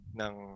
ng